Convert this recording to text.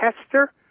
Hester